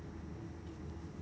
so